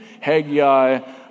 Haggai